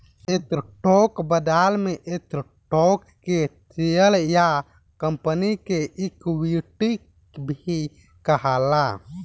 stock बाजार में stock के शेयर या कंपनी के इक्विटी भी कहाला